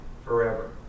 Forever